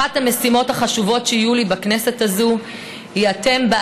אחת המשימות החשובות שיהיו לי בכנסת הזאת היא אתם,